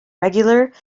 regular